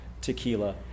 Tequila